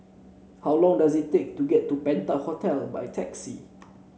how long does it take to get to Penta Hotel by taxi